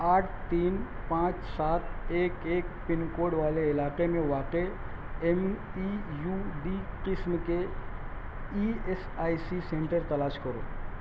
آٹھ تین پانچ سات ایک ایک پن کوڈ والے علاقے میں واقع ایم ای یو ڈی قسم کے E S I C centres تلاش کرو